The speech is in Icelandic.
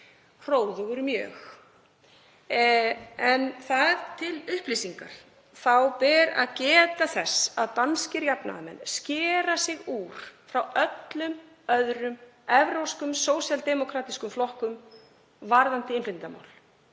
hróðugur mjög. Til upplýsingar ber að geta þess að danskir jafnaðarmenn skera sig frá öllum öðrum evrópskum sósíaldemókrataflokkum varðandi innflytjendamál